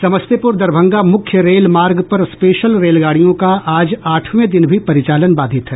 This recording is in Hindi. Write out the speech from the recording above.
समस्तीपुर दरभंगा मुख्य रेल मार्ग पर स्पेशल रेलगाड़ियों का आज आठवें दिन भी परिचालन बाधित है